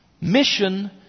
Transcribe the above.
Mission